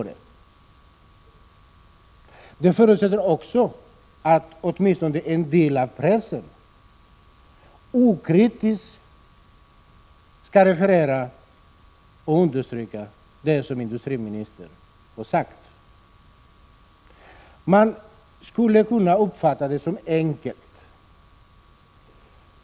Detta förutsätter också att åtminstone en del av pressen okritiskt skall referera och understryka det som industriministern har sagt.